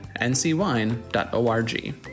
ncwine.org